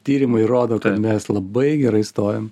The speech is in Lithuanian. tyrimai rodo kad mes labai gerai stovim